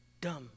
dumb